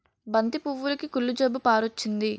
బంతి పువ్వులుకి కుళ్ళు జబ్బు పారొచ్చింది